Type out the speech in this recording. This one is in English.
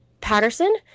Patterson